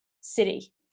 city